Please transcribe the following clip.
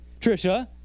Trisha